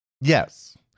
Yes